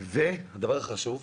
והדבר הכי חשוב,